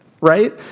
right